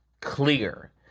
clear